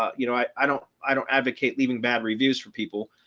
you know, i i don't, i don't advocate leaving bad reviews for people,